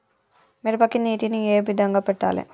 మిరపకి నీటిని ఏ విధంగా పెట్టాలి?